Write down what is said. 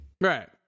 Right